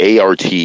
ART